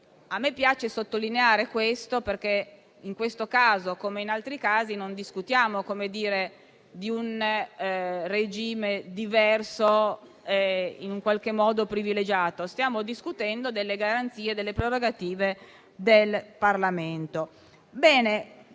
A me piace sottolinearlo perché in questo caso, come in altri casi, non discutiamo di un regime diverso e in qualche modo privilegiato: stiamo discutendo delle garanzie e delle prerogative del Parlamento.